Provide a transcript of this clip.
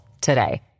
today